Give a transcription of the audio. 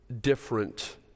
different